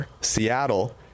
Seattle